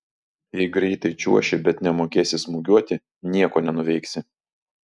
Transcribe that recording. jei greitai čiuoši bet nemokėsi smūgiuoti nieko nenuveiksi